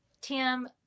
Tim